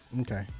Okay